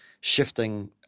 shifting